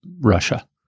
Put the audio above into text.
Russia